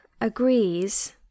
agrees